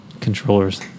Controllers